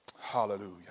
Hallelujah